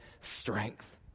strength